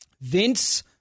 Vince